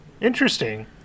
Interesting